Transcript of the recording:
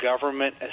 government